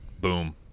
Boom